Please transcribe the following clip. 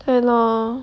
对咯